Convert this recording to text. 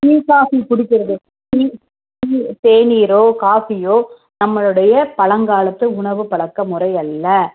tea coffee குடிக்கிறது tea tea தேநீரோ காஃபியோ நம்மளுடைய பழங்காலத்து உணவு பழக்க முறையல்ல